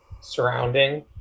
surrounding